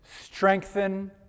strengthen